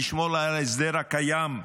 לשמור על ההסדר הקיים.